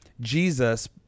Jesus